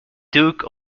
duke